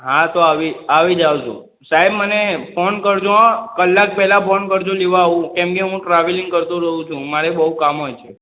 હા તો આવી આવી જાઉં છું સાહેબ મને ફોન કરજો હોં કલાક પહેલાં ફોન કરજો લેવા આવું કેમ કે હું ટ્રાવેલિંગ કરતો રહું છું મારે બહુ કામ હોય છે